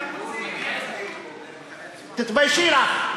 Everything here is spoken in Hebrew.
תתביישי לך.